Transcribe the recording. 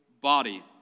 body